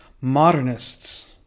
Modernists